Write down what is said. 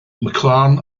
mclaren